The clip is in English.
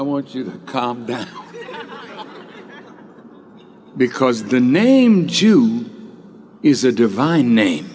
i want you to come back because the named jude is a divine name